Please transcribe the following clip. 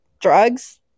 Drugs